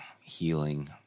healing